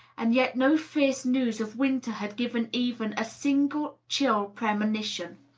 and yet no fierce news of winter had given even a single chill premonition.